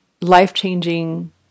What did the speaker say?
life-changing